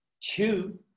two